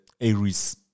Aries